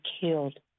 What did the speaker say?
killed